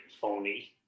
phony